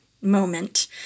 moment